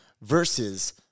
versus